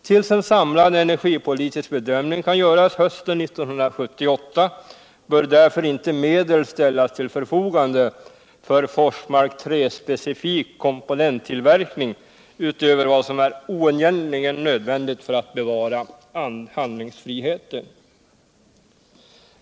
Tills en samlad energipolitisk bedömning kan göras hösten 1978 bör därför inte medel ställas till förfogande för Forsmark 3-specifik komponenttillverkning utöver vad som är oundgängligen nödvändigt för att bevara handlings Energiforskning, 180 friheten.